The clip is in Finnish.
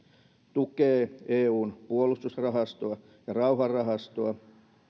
tukee eun puolustusrahastoa ja rauhanrahastoa